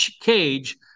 cage